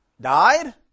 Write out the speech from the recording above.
died